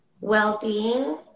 well-being